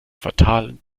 fatalen